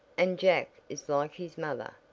and jack is like his mother.